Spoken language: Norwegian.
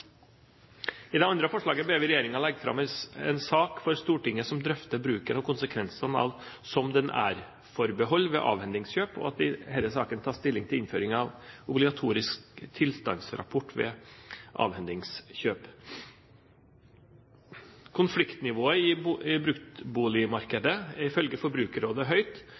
I det andre forslaget ber vi regjeringen legge fram en sak for Stortinget som drøfter bruken og konsekvensene av «som den er»-forbehold ved avhendingskjøp, og at det i denne saken tas stilling til innføring av obligatorisk tilstandsrapport ved avhendingskjøp. Konfliktnivået i bruktboligmarkedet er ifølge Forbrukerrådet høyt,